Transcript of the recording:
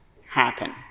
happen